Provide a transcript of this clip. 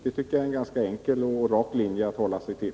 Det tycker jag är en ganska enkel och rak linje att hålla sig till.